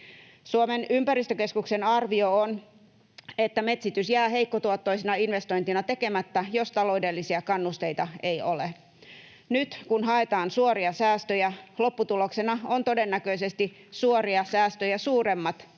Suomen ympäristökeskuksen arvio on, että metsitys jää heikkotuottoisena investointina tekemättä, jos taloudellisia kannusteita ei ole. Nyt, kun haetaan suoria säästöjä, lopputuloksena on todennäköisesti suoria säästöjä suuremmat